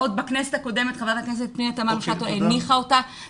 עוד בכנסת הקודמת חברת הכנסת פנינה תמנו שטה הניחה הצעת חוק,